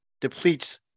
depletes